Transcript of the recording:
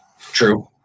True